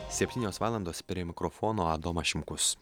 septynios valandos prie mikrofono adomas šimkus